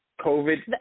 COVID